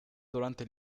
durante